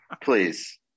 please